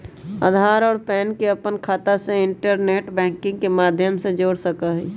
आधार और पैन के अपन खाता से इंटरनेट बैंकिंग के माध्यम से जोड़ सका हियी